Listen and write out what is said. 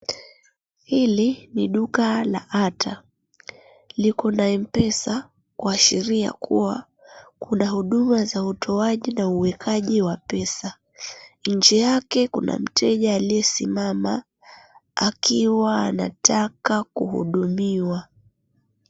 Hili ni duka la Ata. Liko na mpesa kuashiria kuwa kuna huduma za utoaji na uwekaji wa pesa, nnje yake kuna mteja aliyesimama akiwa anataka kuhudumiwa.